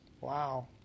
Wow